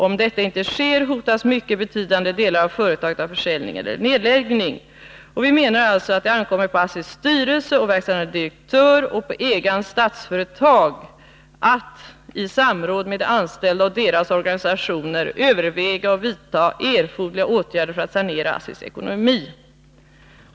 Om detta inte sker hotas mycket betydande delar av företaget av försäljning eller nedläggning. Vi anser att det ankommer på ASSI:s styrelse och verkställande direktör och på ägaren, Statsföretag, att i samråd med anställda och deras organisationer överväga och vidta erforderliga åtgärder för att sanera ASSI:s ekonomi.